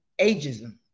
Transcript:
ageism